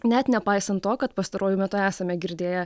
net nepaisant to kad pastaruoju metu esame girdėję